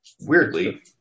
weirdly